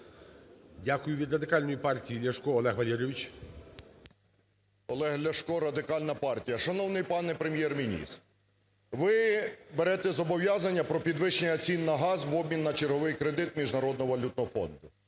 Дякую. Від Радикальної партії Ляшко Олег Валерійович. 10:35:38 ЛЯШКО О.В. Олег Ляшко, Радикальна партія. Шановний пане Прем'єр-міністр, ви берете зобов'язання про підвищення цін на газ в обмін на черговий кредит Міжнародного валютного фонду.